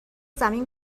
زمین